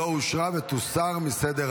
לא נתקבלה.